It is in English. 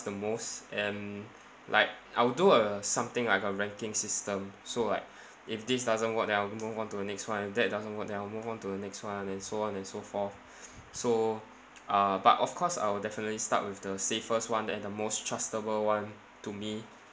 the most and like I will do a something like a ranking system so like if this doesn't work then I'll move on to the next one if that doesn't work then I'll move on to the next one and so on and so forth so uh but of course I will definitely start with the safest one and the most trustable one to me